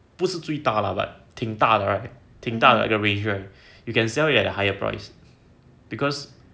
不是最大 lah but 挺大的 right 挺大的一个 range right you can sell it at a higher price because